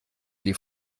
die